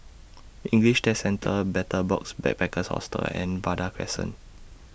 English Test Centre Betel Box Backpackers Hostel and Vanda Crescent